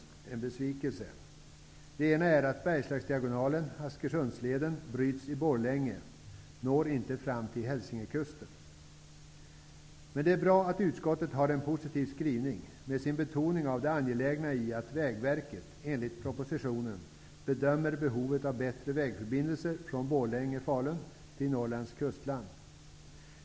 Den ena är att Borlänge och inte når fram till Hälsingekusten. Det är bra att utskottet har en positiv skrivning. Utskottet betonar det angelägna i att Vägverket enligt propositionen tar upp behovet av bättre vägförbindelser från Borlänge/Falun till Norrlands kustland.